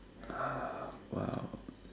uh !wow!